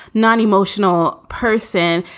non-emotional person,